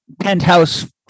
penthouse